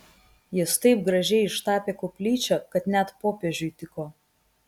jis taip gražiai ištapė koplyčią kad net popiežiui tiko